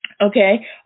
Okay